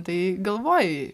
tai galvojai